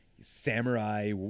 samurai